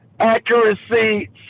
Accuracy